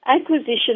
Acquisition